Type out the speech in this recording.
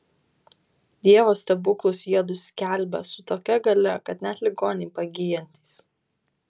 dievo stebuklus jiedu skelbią su tokia galia kad net ligoniai pagyjantys